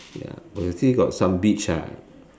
ya but you still got some beach ah